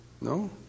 No